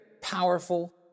powerful